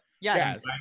Yes